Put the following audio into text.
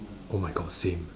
oh my god same